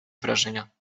wrażenia